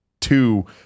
two